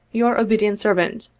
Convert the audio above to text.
your obedient servant,